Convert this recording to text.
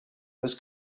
was